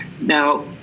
Now